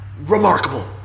Remarkable